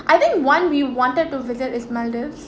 I think one we wanted to visit is maldives